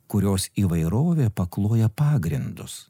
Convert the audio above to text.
kurios įvairovė pakloja pagrindus